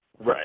Right